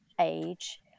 age